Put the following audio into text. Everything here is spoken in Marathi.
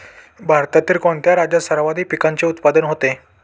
भारतातील कोणत्या राज्यात सर्वाधिक पिकाचे उत्पादन होते?